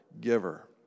giver